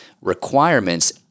requirements